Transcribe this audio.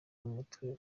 numutwe